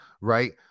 right